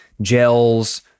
gels